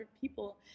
people